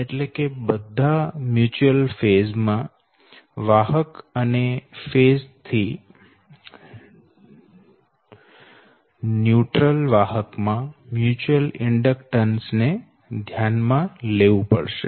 એટલે કે બધા મ્યુચ્યુઅલ ફેઝ ના વાહક અને ફેઝ થી ન્યુટ્રલ વાહક માં મ્યુચ્યુઅલ ઇન્ડડક્શન ને ધ્યાન માં લેવું પડશે